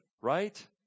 right